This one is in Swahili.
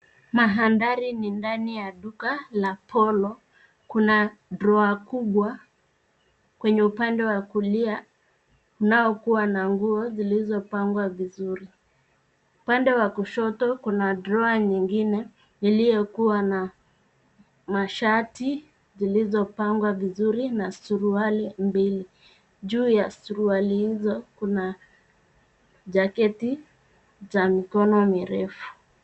Mandhari ni ndani ya duka la Polo. Kuna drawer kubwa kwenye upande wa kulia unaokuwa na nguo zilizopangwa vizuri. Upande wa kushoto kuna drawer nyingine iliyokuwa na mashati zilizopangwa vizuri na suruali mbili. Juu ya surali hizo kuna jaketi za mikono mirefu.